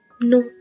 No